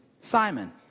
Simon